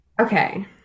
Okay